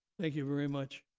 thank you very much.